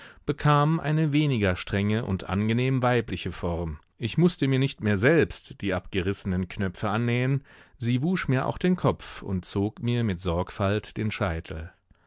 bekamen eine weniger strenge und angenehm weibliche form ich mußte mir nicht mehr selbst die abgerissenen knöpfe annähen sie wusch mir auch den kopf und zog mir mit sorgfalt den scheitel